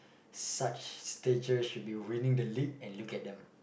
such stages should be winning the league and look at them